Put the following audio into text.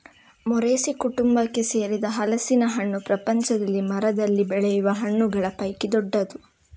Moraceae ಕುಟುಂಬಕ್ಕೆ ಸೇರಿದ ಹಲಸಿನ ಹಣ್ಣು ಪ್ರಪಂಚದಲ್ಲಿ ಮರದಲ್ಲಿ ಬೆಳೆಯುವ ಹಣ್ಣುಗಳ ಪೈಕಿ ದೊಡ್ಡದು